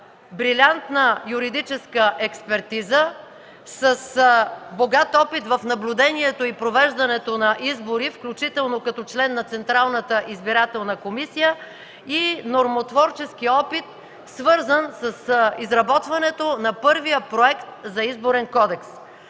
брилянтна юридическа експертиза с богат опит в наблюдението и провеждането на избори, включително като член на Централната избирателна комисия и нормотворчески опит, свързан с изработването на първия проект за Изборен кодекс.